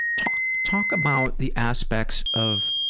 talk talk about the aspects of